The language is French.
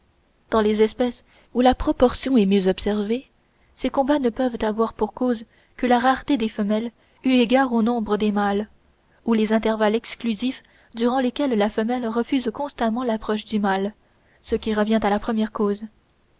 dans les espèces où la proportion est mieux observée ces combats ne peuvent avoir pour causes que la rareté des femelles eu égard au nombre des mâles ou les intervalles exclusifs durant lesquels la femelle refuse constamment l'approche du mâle ce qui revient à la première cause